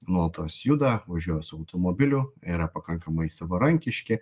nuolatos juda važiuoja su automobiliu yra pakankamai savarankiški